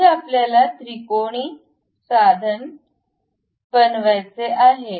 येथे आपल्याला त्रिकोणी साधन बनवायचे आहे